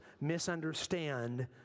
misunderstand